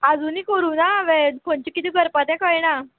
आजुनी करुना हांवें खंयचें किदें करपा तें कळना